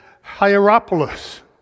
Hierapolis